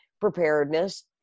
preparedness